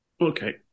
Okay